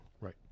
Right